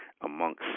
amongst